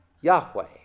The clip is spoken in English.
Yahweh